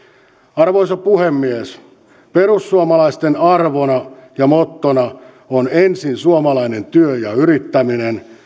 arvoisa puhemies perussuomalaisten arvona ja mottona on ensin suomalainen työ ja yrittäminen